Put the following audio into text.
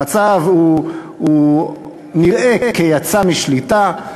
נראה שהמצב יצא משליטה.